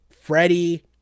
Freddie